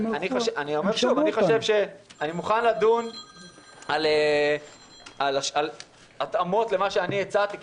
אני מוכן לדון על התאמות למה שהצעתי,